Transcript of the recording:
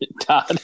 todd